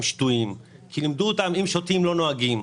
שתויים כי לימדו אותם שאם שותים לא נוהגים.